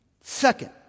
Second